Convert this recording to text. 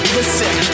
Listen